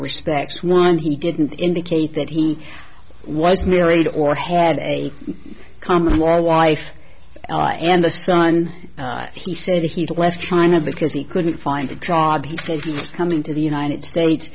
respects one he didn't indicate that he was married or had a common law wife and the son he said he left china because he couldn't find a job he said he was coming to the united states